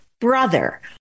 brother